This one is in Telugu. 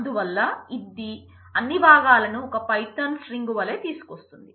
అందువల్ల ఇది అన్ని భాగాలను ఒక పైథాన్ స్ట్రింగ్ వలే తీసుకొస్తుంది